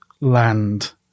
land